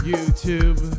YouTube